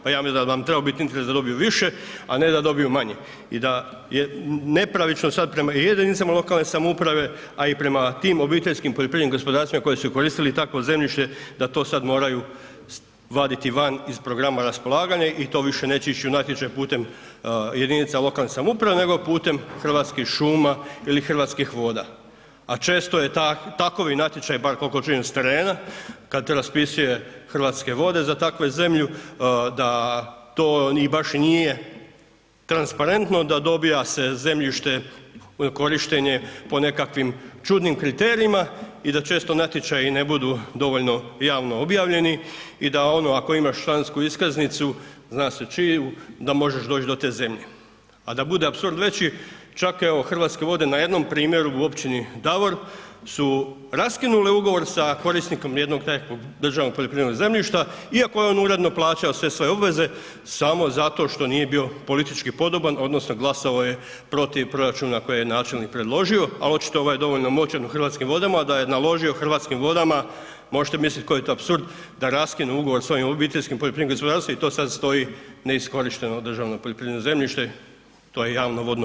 Pa ja mislim da bi vam trebao bit interes da dobiju više a ne da dobiju manje i da je nepravično sad prema i jedinicama lokalne samouprave a i prema tim OPG-ovima koji su koristili takvo zemljište da to sad moraju vaditi van iz programa raspolaganja i to više neće ići u natječaj putem jedinica lokalne samouprave nego putem Hrvatskih šuma ili Hrvatskih voda a često je takav natječaj bar koliko čujem s terena kad raspisuje Hrvatske vode za takvu zemlju, da to baš i nije transparentno, da dobiva se zemljište u korištenje po nekakvim čudnim kriterijima i da često natječaji ne budu dovoljno i javno objavljeni i da ono ako imaš člansku iskaznicu, zna se čiju, da možeš doć do te zemlje, a da bude apsurd veći čak evo Hrvatske vode na jednom primjeru u općini Davor su raskinule ugovor sa korisnikom jednog takvog državnog poljoprivrednog zemljišta iako je on uredno plaćao sve svoje obveze samo zato što nije bio politički podoban odnosno glasao je protiv proračuna koji je načelnik predložio, a očito ovaj dovoljno moćan u Hrvatskim vodama da je naložio Hrvatskim vodama, možete mislit koji je to apsurd, da raskine ugovor s ovim obiteljskim poljoprivrednim gospodarstvom i to sad stoji neiskorišteno državno poljoprivredno zemljište, to je javno vodno